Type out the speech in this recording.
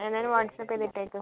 എന്തായാലും വാട്സപ്പ് ചെയ്തിട്ടേക്ക്